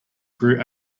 grew